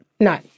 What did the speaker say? No